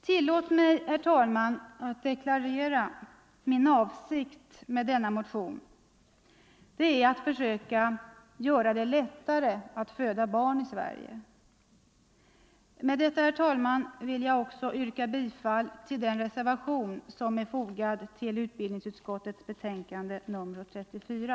Tillåt mig, herr talman, deklarera att min avsikt med denna motion är att försöka göra det lättare att föda barn i Sverige. Med detta, herr talman, yrkar jag bifall till den reservation som är fogad till utbildningsutskottets betänkande nr 34.